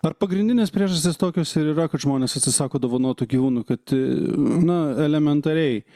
ar pagrindinės priežastys tokios ir yra kad žmonės atsisako dovanotų gyvūnų kad na elementariai